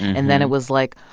and then it was like,